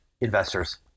investors